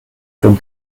von